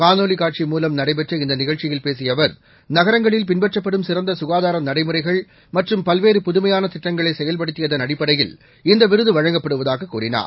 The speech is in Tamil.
காணொளிக் காட்சி மூலம் நடைபெற்ற இந்த நிகழ்ச்சியில் பேசிய அவர் நகரங்களில் பின்பற்றப்படும் சிறந்த சுகாதார நடைமுறைகள் மற்றும் பல்வேறு புதுமையான திட்டங்களை செயல்படுத்தியதன் அடிப்படையில் இந்த விருது வழங்கப்படுவதாக கூறினார்